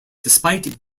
despite